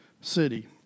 city